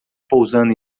pousando